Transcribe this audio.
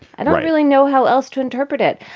i don't really know how else to interpret it.